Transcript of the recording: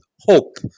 hope